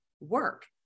work